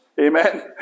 Amen